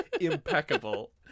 impeccable